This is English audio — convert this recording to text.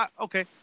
okay